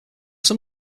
sum